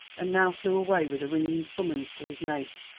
and now flew away with a ringing summons to his mate.